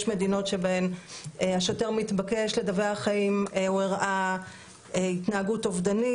יש מדינות שבהן השוטר מתבקש לדווח האם הוא הראה התנהגות אובדנית.